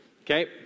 okay